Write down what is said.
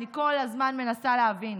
אני כל הזמן מנסה להבין.